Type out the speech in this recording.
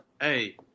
Hey